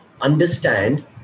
understand